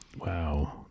Wow